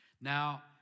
Now